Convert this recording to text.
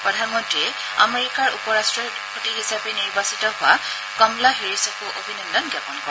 প্ৰধানমন্ত্ৰীয়ে আমেৰিকাৰ উপ ৰট্টপতি হিচাবে নিৰ্বাচিত হোৱা কমলা হেৰিচকো অভিনন্দন জ্ঞাপন কৰে